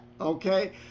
okay